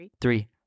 Three